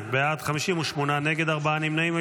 52 בעד, 58 נגד, ארבעה נמנעים.